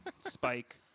spike